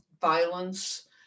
violence